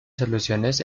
soluciones